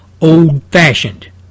old-fashioned